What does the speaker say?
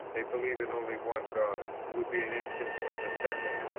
they believe in only one god, would be an instance of the second.